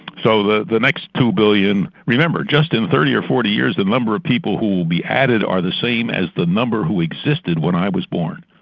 so the the next two billion. remember, just in thirty or forty years the number of people who will be added are the same as the number who existed when i was born.